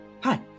Hi